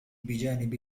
بجانب